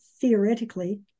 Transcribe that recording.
theoretically